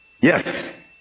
Yes